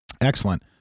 Excellent